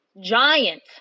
giant